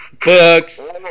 books